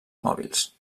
mòbils